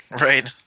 right